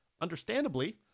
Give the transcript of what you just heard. Understandably